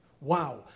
Wow